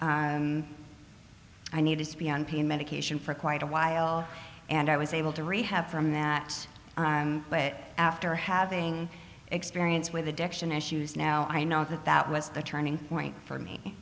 i needed to be on pain medication for quite a while and i was able to rehab from that but after having experience with addiction issues now i know that that was the turning point for